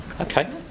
Okay